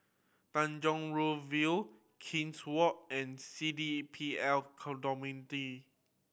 Tanjong Rhu View King's Walk and C D P L